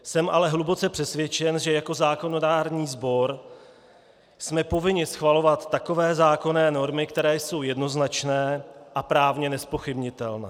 Jsem ale hluboce přesvědčen, že jako zákonodárný sbor jsme povinni schvalovat takové zákonné normy, které jsou jednoznačné a právně nezpochybnitelné.